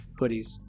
hoodies